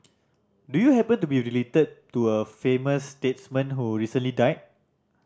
do you happen to be related to a famous statesman who recently died